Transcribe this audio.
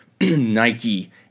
Nike